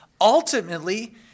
ultimately